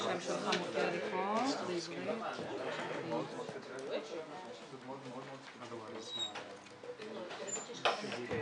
נפתח את ישיבת ועדת השקיפות בעניין שקיפות העבודה של המשרד לנושאים